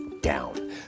down